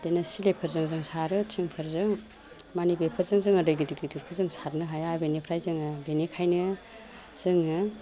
बिदिनो सिलिफोरजों जों सारो थिंफोरजों माने बेफोरजों जोङो दै गिदिर गिदिरखौ जों सारनो हाया बिनिफ्राय जोङो बिनिखायनो जोङो